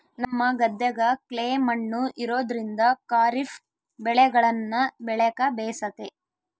ನಮ್ಮ ಗದ್ದೆಗ ಕ್ಲೇ ಮಣ್ಣು ಇರೋದ್ರಿಂದ ಖಾರಿಫ್ ಬೆಳೆಗಳನ್ನ ಬೆಳೆಕ ಬೇಸತೆ